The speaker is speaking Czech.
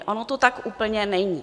Ono to tak úplně není.